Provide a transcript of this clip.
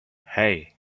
hey